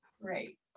Great